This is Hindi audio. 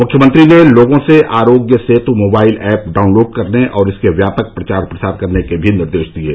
मुख्यमंत्री ने लोगों से Aarogya Setu mobile app download करने और इसके व्यापक प्रचार प्रसार करने के भी निर्देश दियँ